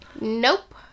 Nope